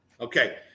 Okay